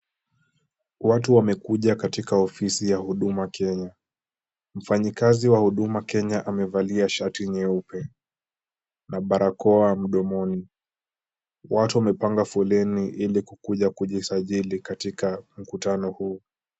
Watu wamekuja katika ofisi ya huduma Kenya mfanyikazi wa huduma Kenya amevalia shati nyeupe na barakoa mdomoni. Watu wamepanga foleni ilikukuja kujisajili katika mkutano huu.